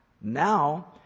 Now